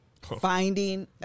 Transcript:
Finding